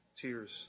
tears